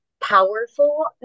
powerful